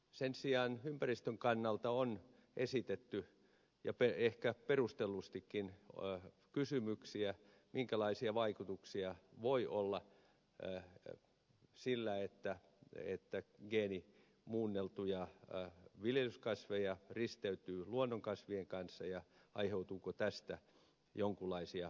sen sijaan ympäristön kannalta on esitetty ehkä perustellustikin kysymyksiä minkälaisia vaikutuksia voi olla sillä että geenimuunneltuja viljelykasveja risteytyy luonnonkasvien kanssa ja aiheutuuko tästä jonkunlaisia ongelmia